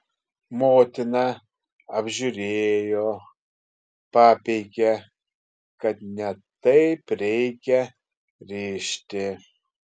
motina apžiūrėjo papeikė kad ne taip reikia rišti